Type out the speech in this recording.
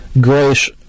Grace